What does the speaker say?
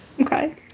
Okay